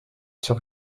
sur